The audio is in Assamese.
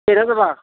কেইটাত যাবা